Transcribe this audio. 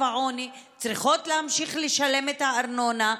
העוני צריכות להמשיך לשלם את הארנונה.